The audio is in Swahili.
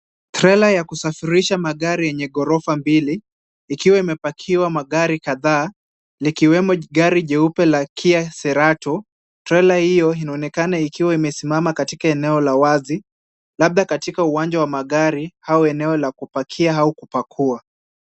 Trailer la kusafirisha magari yenye ghorofa mbili, likiwa limepakiwa magari kadhaa, likiwemo gari jeupe la Kia Cerato. Trailer hilo linaonekana likiwa limesimama katika eneo la wazi, labda katika uwanja wa magari au eneo la kupakia au kupakua.